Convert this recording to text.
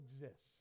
exists